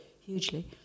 hugely